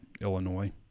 Illinois